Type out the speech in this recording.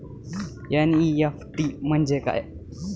NEFT म्हणजे काय?